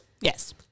Yes